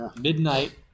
Midnight